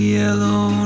yellow